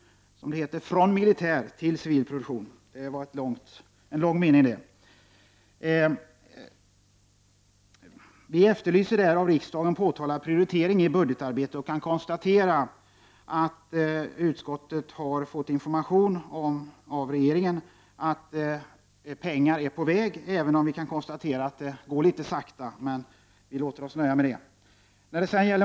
Vi motionärer efterlyser av riksdagen påtalad prioritering i budgetarbetet och kan konstatera att utskottet har fått information av regeringen om att pengar är på väg. Även om vi tycker att det går litet sakta, låter vi oss nöja med det.